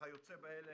וכיוצא באלה